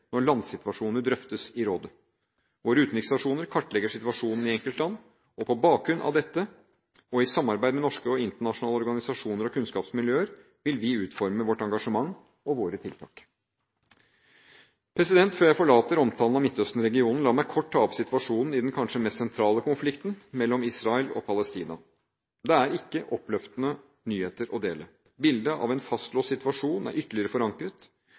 når landsituasjoner drøftes i rådet. Våre utenriksstasjoner kartlegger situasjonen i enkeltland, og på bakgrunn av dette, og i samarbeid med norske og internasjonale organisasjoner og kunnskapsmiljøer, vil vi utforme vårt engasjement og våre tiltak. Før jeg forlater omtalen av Midtøsten-regionen, la meg kort ta opp situasjonen i den kanskje meste sentrale konflikten – mellom Israel og Palestina. Det er ikke oppløftende nyheter å dele. Bildet av en fastlåst situasjon er ytterligere forankret;